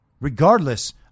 Regardless